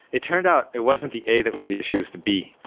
it turned out it wasn't the a that was the issue. it's the b.